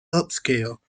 upscale